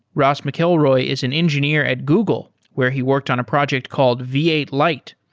ross mcllroy is an engineer at google where he worked on a project called v eight lite.